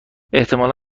احتمالا